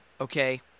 okay